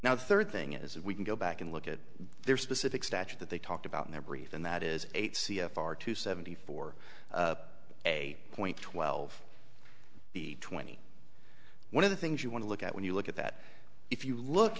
now the third thing is if we can go back and look at their specific statute that they talked about in their brief than that is eight c f r two seventy four a point twelve b twenty one of the things you want to look at when you look at that if you look